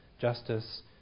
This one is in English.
justice